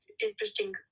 interesting